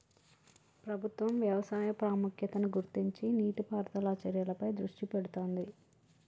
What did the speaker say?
ప్రభుత్వం వ్యవసాయ ప్రాముఖ్యతను గుర్తించి నీటి పారుదల చర్యలపై దృష్టి పెడుతాంది